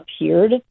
appeared